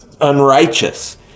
unrighteous